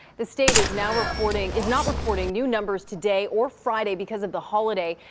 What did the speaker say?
the state is now reporting is not reporting new numbers today or friday because of the holiday.